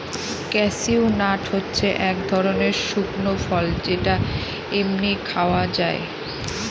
cashew nut হচ্ছে এক ধরনের শুকনো ফল যেটা এমনি খাওয়া যায়